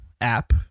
app